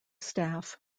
staff